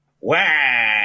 Wow